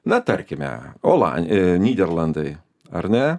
na tarkime olan nyderlandai ar ne